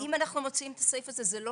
אם אנחנו מוציאים את הסעיף הזה, זה לא